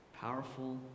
powerful